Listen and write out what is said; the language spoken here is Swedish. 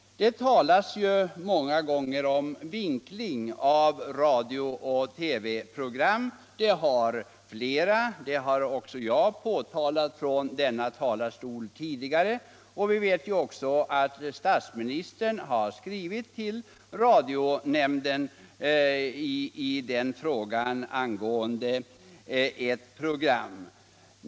Det talas många gånger om vinkling av radiooch TV-program. Detta har flera, även jag, talat om från denna talarstol tidigare. Och vi vet också att statsministern har skrivit till radionämnden om detta angående ett program.